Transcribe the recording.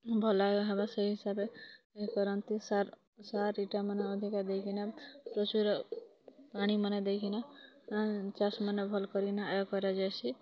ଭଲ୍ ହେବା ସେଇ ହିସାବେ ଇଏ କରନ୍ତି ସାର୍ ସାର୍ ଇଟା ମାନେ ଅଧିକା ଦେଇ କିନା ପ୍ରଚୁର ପାଣି ମାନେ ଦେଇକିନା ଚାଷ୍ ମାନ୍ ଭଲ୍ କରିକିନା ଆୟ କରାଯାଏସି